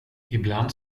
ibland